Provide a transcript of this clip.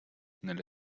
nelle